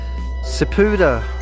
sepuda